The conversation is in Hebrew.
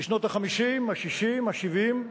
בשנות ה-50, ה-60, ה-70,